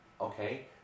okay